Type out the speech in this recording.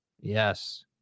Yes